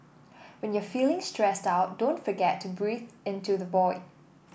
when you're feeling stressed out don't forget to breathe into the void